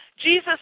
Jesus